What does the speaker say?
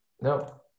No